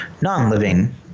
non-living